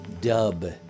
dub